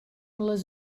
les